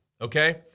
Okay